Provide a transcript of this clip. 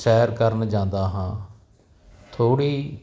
ਸੈਰ ਕਰਨ ਜਾਂਦਾ ਹਾਂ ਥੋੜ੍ਹੀ